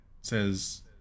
says